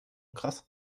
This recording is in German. krass